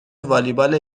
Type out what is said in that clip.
والیبال